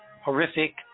horrific